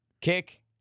Kick